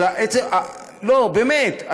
אבל עצם, לא, באמת.